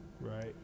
Right